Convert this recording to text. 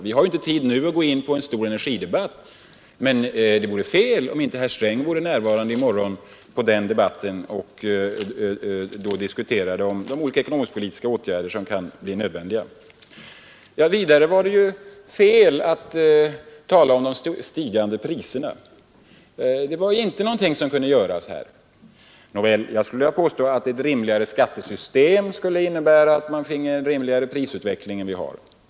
Vi har inte tid att nu gå in på en stor energidebatt, men det vore fel om inte herr Sträng vore närvarande vid den debatten i morgon och diskuterade vilka ekonomisk-politiska åtgärder som kan bli nödvändiga. Vidare var det fel att tala om de stigande priserna. Det fanns ingenting som kunde göras här. Jag skulle vilja påstå att ett rimligare skattesystem skulle innebära att man finge en rimligare prisutveckling än vi har.